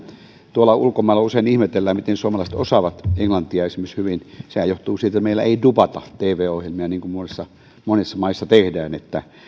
tuolla ulkomailla usein ihmetellään miten suomalaiset osaavat esimerkiksi englantia hyvin sehän johtuu siitä että meillä ei dubata tv ohjelmia niin kuin monissa maissa tehdään